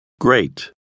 great